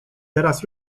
teraz